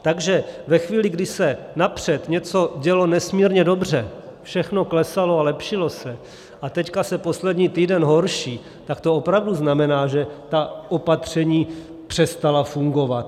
Takže ve chvíli, kdy se napřed něco dělo nesmírně dobře, všechno klesalo a lepšilo se, a teď se poslední týden horší, tak to opravdu znamená, že ta opatření přestala fungovat.